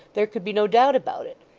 there could be no doubt about it.